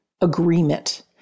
agreement